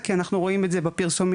מי נענש על האירוע אם